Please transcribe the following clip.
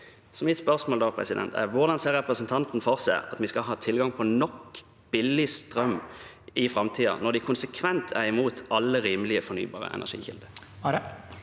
Mitt spørsmål er da: Hvordan ser representanten for seg at vi skal ha tilgang på nok billig strøm i framtiden, når Rødt konsekvent er imot alle rimelige fornybare energikilder?